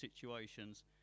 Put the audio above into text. situations